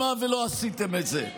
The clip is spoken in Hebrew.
עשיתי את זה,